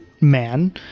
man